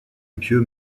pieux